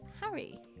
Harry